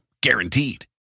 Guaranteed